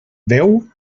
veu